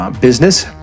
business